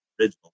Original